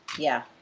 yeah.